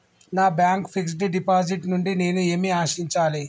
నా bank fixed deposit నుండి నేను ఏమి ఆశించాలి?